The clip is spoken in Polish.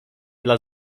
dla